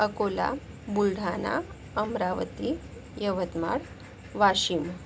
Akola Buldhana Amravati Yavatmal Washim